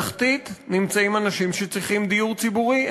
בתחתית נמצאים אנשים שצריכים דיור ציבורי,